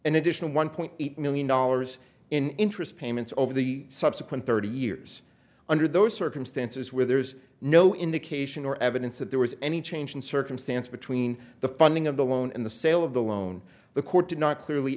an additional one point eight million dollars in interest payments over the subsequent thirty years under those circumstances where there's no indication or evidence that there was any change in circumstance between the funding of the loan and the sale of the loan the court did not clearly